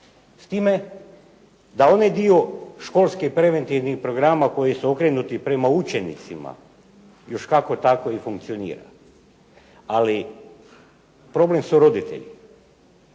S time da onaj dio školskih preventivnih programa koji su okrenuti prema učenicima još kako tako funkcionira, ali problem su roditelji.